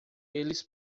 eles